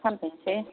फानफैसै